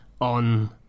on